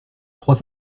trois